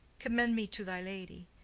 commend me to thy lady,